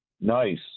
Nice